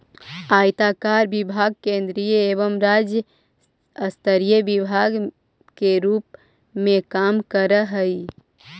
आयकर विभाग केंद्रीय एवं राज्य स्तरीय विभाग के रूप में काम करऽ हई